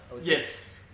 Yes